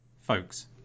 Folks